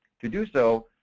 to do so,